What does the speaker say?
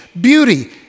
beauty